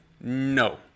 No